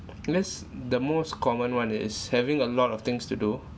next the most common one is having a lot of things to do